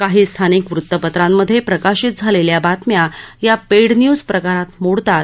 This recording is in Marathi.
काही स्थानिक वृत्तपत्रांमध्ये प्रकाशित झालेल्या बातम्या या पेड न्यूज प्रकारात मोडतात